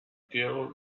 girl